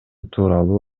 тууралуу